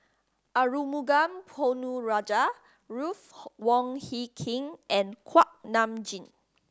Arumugam Ponnu Rajah Ruth Wong Hie King and Kuak Nam Jin